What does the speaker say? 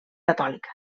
catòlica